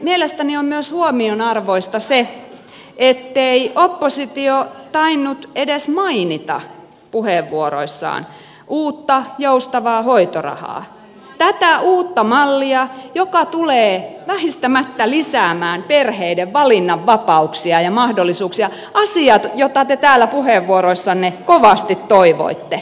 mielestäni on huomionarvoista myös se ettei oppositio tainnut edes mainita puheenvuoroissaan uutta joustavaa hoitorahaa tätä uutta mallia joka tulee väistämättä lisäämään perheiden valinnanvapauksia ja mahdollisuuksia asioita joita te täällä puheenvuoroissanne kovasti toivoitte